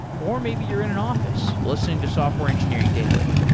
or maybe you're in an office listening to software engineering daily.